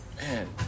Man